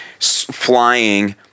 flying